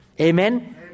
Amen